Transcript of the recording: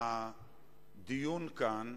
כן.